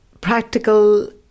practical